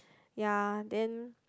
ya then